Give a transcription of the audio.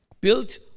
built